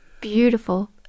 beautiful